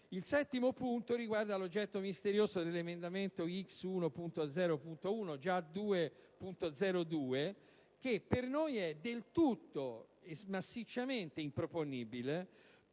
Il settimo punto riguarda l'oggetto misterioso dell'emendamento x1.0.1, che per noi è del tutto e massicciamente improponibile,